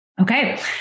Okay